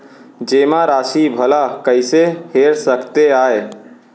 जेमा राशि भला कइसे हेर सकते आय?